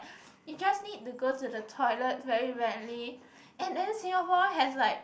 it just need to go to the toilet very badly and then Singapore has like